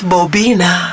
Bobina